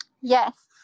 Yes